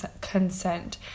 consent